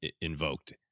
invoked